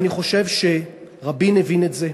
אני חושב שרבין הבין את זה,